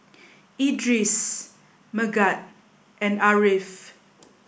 Idris Megat and Ariff